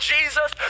Jesus